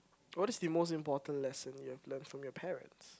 what is the most important lesson you have learn from your parents